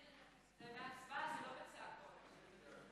לסעיף 15 לא נתקבלה.